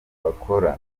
bakora